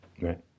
Right